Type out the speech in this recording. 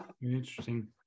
Interesting